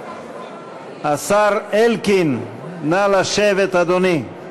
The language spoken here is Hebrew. השר אלקין, נא לשבת, אדוני.